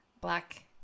black